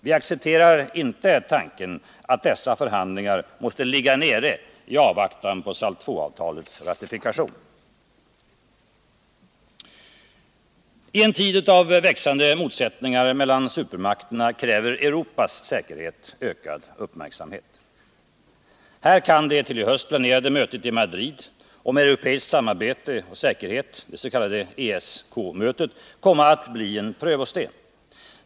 Vi accepterar inte tanken att dessa förhandlingar måste ligga nere i avvaktan på SALT II-avtalets ratifikation. I en tid av växande motsättningar mellan supermakterna kräver Europas säkerhet ökad uppmärksamhet. Här kan det till i höst planerade mötet i Madrid om europeiskt samarbete och säkerhet, det s.k. ESK-mötet, komma att bli en prövosten.